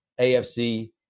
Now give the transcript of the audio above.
AFC